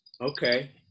okay